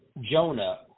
Jonah